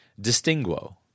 Distinguo